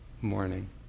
morning